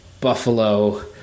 buffalo